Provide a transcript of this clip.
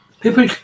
People